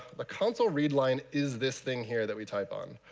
the console read line is this thing here that we type on.